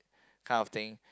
kind of thing